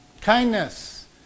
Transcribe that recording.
Kindness